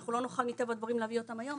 אנחנו לא נוכל מטבע הדברים להביא אותם היום.